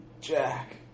Jack